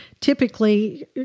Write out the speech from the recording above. typically